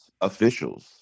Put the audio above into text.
officials